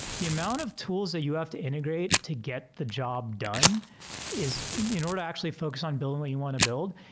the amount of tools that you have to integrate to get the job done is in in order to actually focus on building what you want to build,